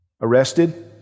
arrested